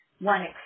one